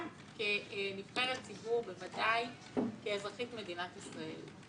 גם כנבחרת ציבור, בוודאי כאזרחית מדינת ישראל.